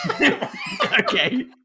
Okay